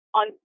on